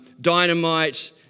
dynamite